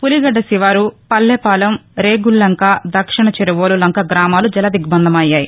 పులిగద్ద శివారు పల్లెపాలెం రేగుల్లంక దక్షిణ చిరువోలు లంక గామాలు జలదిగ్బందమయ్యాయి